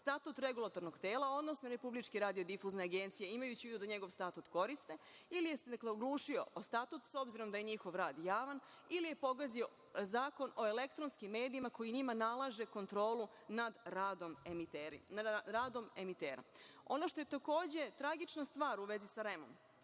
statut Regulatornog tela, odnosno Republičke radiodifuzne agencije, imajući u vidu da njegov statut koriste, ili se oglušio o statut s obzirom da je njihov rad javan, ili je pogazio Zakon o elektronskim medijima koji njima nalaže kontrolu nad radom emitera. Ono što je takođe tragična stvar u vezi sa REM-om,